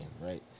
right